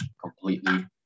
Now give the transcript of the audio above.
completely